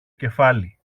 κεφάλι